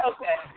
Okay